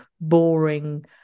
boring